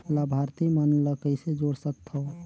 लाभार्थी मन ल कइसे जोड़ सकथव?